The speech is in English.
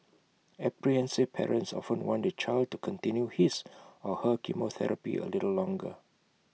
apprehensive parents often want their child to continue his or her chemotherapy A little longer